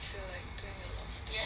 no matter what